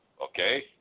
Okay